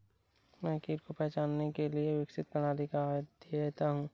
मैं कीट को पहचानने के लिए विकसित प्रणाली का अध्येता हूँ